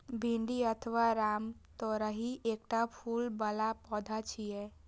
भिंडी अथवा रामतोरइ एकटा फूल बला पौधा छियै